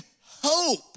hope